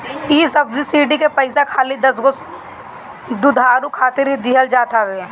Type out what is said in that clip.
इ सब्सिडी के पईसा खाली दसगो दुधारू खातिर ही दिहल जात हवे